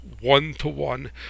one-to-one